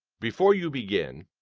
before you begin,